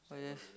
oh yes